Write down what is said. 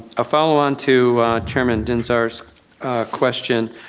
ah follow on to chairman dinh-zarr's question.